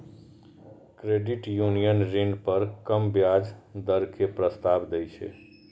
credit union ऋण पर कम ब्याज दर के प्रस्ताव दै छै